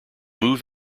move